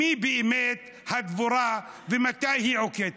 מי באמת הדבורה ומתי היא עוקצת?